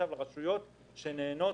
רשויות שנהנות